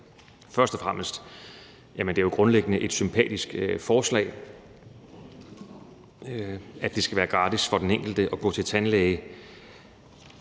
Først og fremmest er det jo grundlæggende et sympatisk forslag, at det skal være gratis for den enkelte at gå til tandlæge.